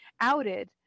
outed